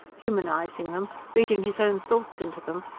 humanising them, reading his own thoughts into them,